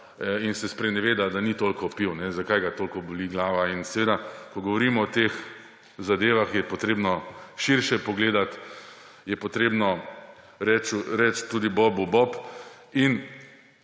in se spreneveda, da ni toliko pil, zakaj ga toliko boli glava. In seveda, ko govorimo o teh zadevah, je potrebno širše pogledati, je potrebno reči tudi bobu bob in